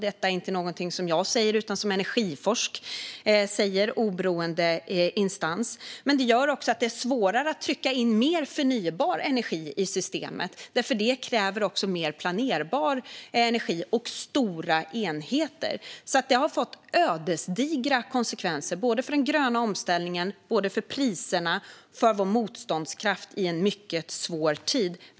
Detta är inte någonting som bara jag säger, utan det sägs av Energiforsk, som är en oberoende instans. Detta gör också att det är svårare att trycka in mer förnybar energi i systemet, för det kräver mer planerbar energi och stora enheter. Det här har fått ödesdigra konsekvenser för den gröna omställningen, för priserna och för vår motståndskraft i en mycket svår tid.